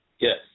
Yes